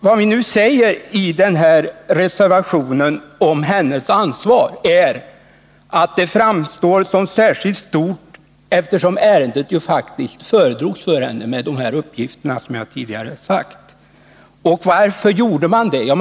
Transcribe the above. Vad vi säger i reservationen om hennes ansvar är att det framstår som särskilt stort, särskilt som ärendet faktiskt föredrogs för henne, varvid de uppgifter lämnades som jag tidigare nämnt. Varför gjorde man denna föredragning?